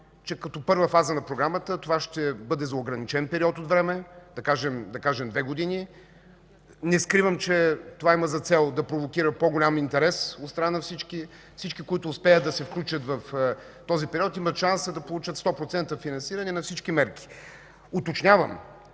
че като първа фаза на програмата това ще бъде за ограничен период от време, да кажем 2 години. Не скривам, че това има за цел да провокира по-голям интерес от страна на всички, които успеят да се включат в този период – имат шанса да получат 100% финансиране на всички мерки.